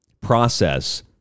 process